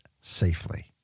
safely